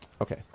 Okay